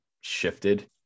shifted